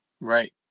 Right